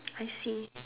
I see